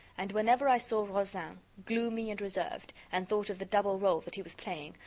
and whenever i saw rozaine, gloomy and reserved, and thought of the double role that he was playing,